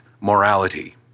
morality